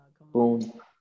boom